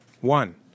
One